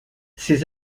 ses